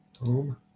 home